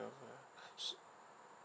okay so